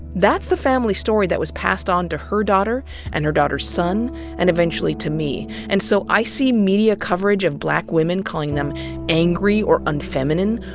that's the family story that was passed on to her daughter and her daughter's son and eventually to me. and so i see media coverage of black women, calling them angry or unfeminine,